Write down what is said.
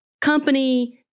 company